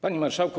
Panie Marszałku!